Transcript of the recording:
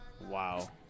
Wow